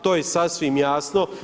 To je sasvim jasno.